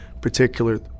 particular